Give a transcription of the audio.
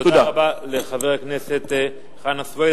תודה לחבר הכנסת סוייד.